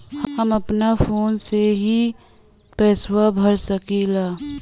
हम अपना फोनवा से ही पेसवा भर सकी ला?